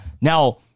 Now